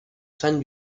fans